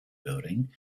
building